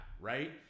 right